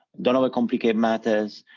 don't over complicate matters,